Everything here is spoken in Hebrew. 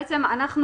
בעצם,